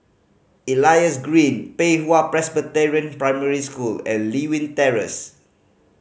Elias Green Pei Hwa Presbyterian Primary School and Lewin Terrace